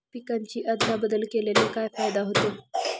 पिकांची अदला बदल केल्याने काय फायदा होतो?